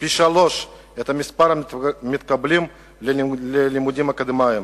פי-שלושה את מספר המתקבלים ללימודים אקדמיים.